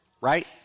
Right